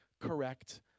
correct